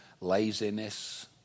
laziness